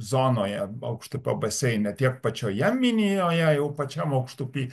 zonoje aukštupio baseine tiek pačioje minijoje jau pačiam aukštupį